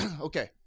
Okay